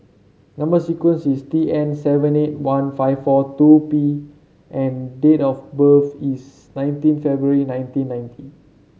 number sequence is T N seven eight one five four two B and date of birth is nineteen February nineteen ninety